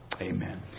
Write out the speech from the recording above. Amen